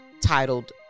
Titled